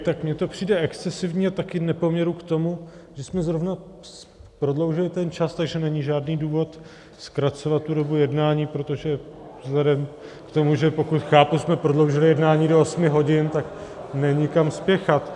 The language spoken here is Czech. Tak mně to přijde excesivní a také v nepoměru k tomu, že jsme zrovna prodloužili ten čas, takže není žádný důvod zkracovat dobu jednání, protože vzhledem k tomu, že pokud chápu, jsme prodloužili jednání do osmi hodin, tak není kam spěchat.